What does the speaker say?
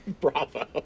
bravo